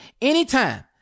anytime